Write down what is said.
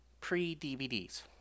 pre-DVDs